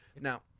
Now